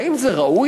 האם זה ראוי?